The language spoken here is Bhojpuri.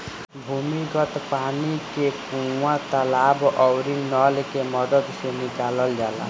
भूमिगत पानी के कुआं, तालाब आउरी नल के मदद से निकालल जाला